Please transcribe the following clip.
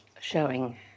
showing